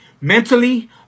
mentally